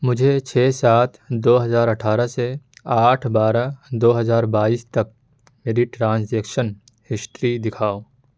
مجھے چھ سات دو ہزار اٹھارہ سے آٹھ بارہ دو ہزار بائیس تک میری ٹرانزیکشن ہشٹری دکھاؤ